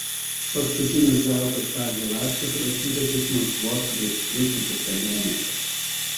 paskutinis gautas kazio laiškas rašytas iš maskvos prieš tris su puse mėnesio